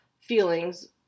feelings